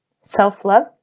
self-love